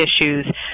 issues